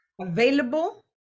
available